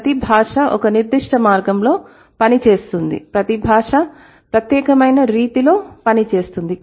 ప్రతి భాష ఒక నిర్దిష్ట మార్గంలో పనిచేస్తుంది ప్రతి భాష ప్రత్యేకమైన రీతిలో పనిచేస్తుంది